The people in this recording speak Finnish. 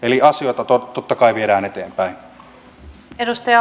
eli asioita totta kai viedään eteenpäin